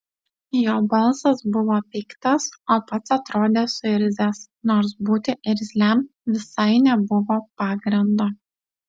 jo balsas buvo piktas o pats atrodė suirzęs nors būti irzliam visai nebuvo pagrindo